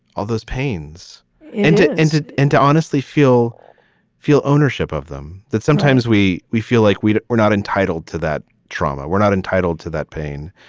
all those pains and entered into honestly feel feel ownership of them that sometimes we we feel like we were not entitled to that trauma. we're not entitled to that pain.